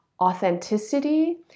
authenticity